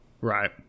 Right